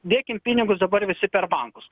dėkim pinigus dabar visi per bankus